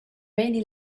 many